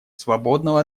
свободного